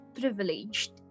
privileged